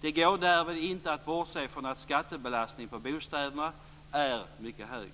Det går därvid inte att bortse från att skattebelastningen på bostäderna är mycket hög.